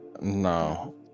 No